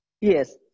Yes